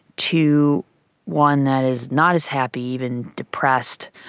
to one that is not as happy, even depressed,